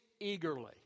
eagerly